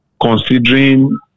considering